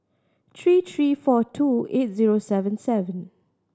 three three four two eight zero seven seven